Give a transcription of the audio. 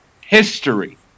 history